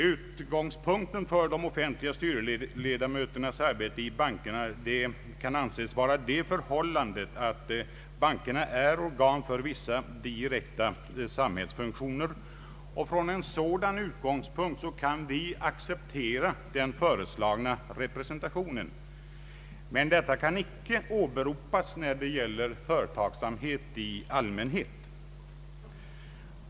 Utgångspunkten för de offentliga styrelseledamöternas arbete i bankerna kan anges vara det förhållandet att bankerna är organ för vissa direkta samhällsfunktioner. Från en sådan utgångspunkt kan vi acceptera den föreslagna representationen, men detta kan icke åberopas när det gäller företagsamhet i allmänhet.